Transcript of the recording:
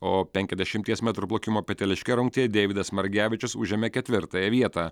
o penkiasdešimties metrų plaukimo peteliške rungtyje deividas margevičius užėmė ketvirtąją vietą